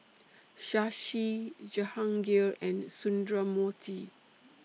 Shashi Jehangirr and Sundramoorthy